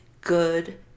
good